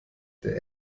der